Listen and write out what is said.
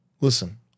listen